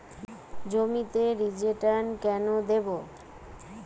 জমিতে রিজেন্ট কেন দেবো?